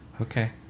Okay